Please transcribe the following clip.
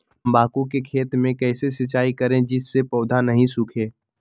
तम्बाकू के खेत मे कैसे सिंचाई करें जिस से पौधा नहीं सूखे?